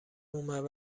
اومد